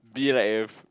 be like a